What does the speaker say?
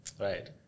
Right